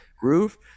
groove